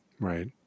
Right